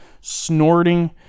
snorting